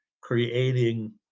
creating